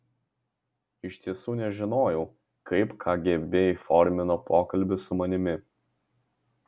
iš tiesų nežinojau kaip kgb įformino pokalbį su manimi